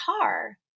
car